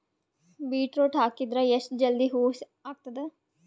Beetroot ಹಾಕಿದರ ಎಷ್ಟ ಜಲ್ದಿ ಹೂವ ಆಗತದ?